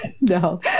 No